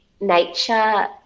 nature